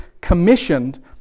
commissioned